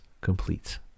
complete